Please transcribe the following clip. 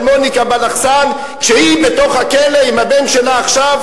מוניקה בלחסן כשהיא בתוך הכלא עם הבן שלה עכשיו,